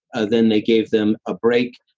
ah then they gave them a break,